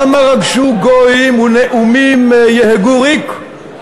למה רגשו גויים ולאומים יהגו ריק?